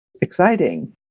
exciting